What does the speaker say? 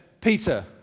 peter